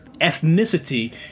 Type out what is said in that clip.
ethnicity